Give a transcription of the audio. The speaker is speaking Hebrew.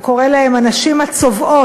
הוא קורא להן "הנשים הצובאות",